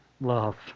love